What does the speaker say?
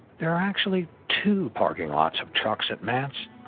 there are actually two parking lots of trucks at mats,